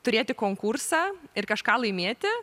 turėti konkursą ir kažką laimėti